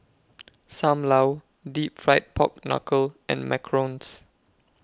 SAM Lau Deep Fried Pork Knuckle and Macarons